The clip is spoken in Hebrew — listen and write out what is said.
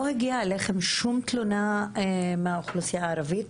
לא הגיע אליכם שום תלונה מהאוכלוסייה הערבית?